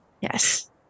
Yes